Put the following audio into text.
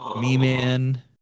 Me-Man